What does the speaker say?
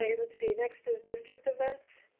yeah let's see next is district events.